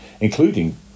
including